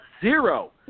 zero